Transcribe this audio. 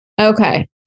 Okay